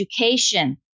education